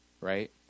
right